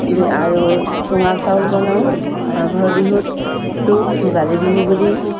এই আৰু চুঙা চাউল বনাওঁ মাঘৰ বিহুটো ভোগালী বিহু বুলি